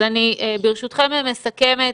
ברשותכם, אני מסכמת.